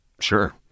Sure